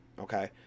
Okay